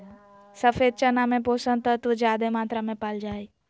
सफ़ेद चना में पोषक तत्व ज्यादे मात्रा में पाल जा हइ